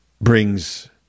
brings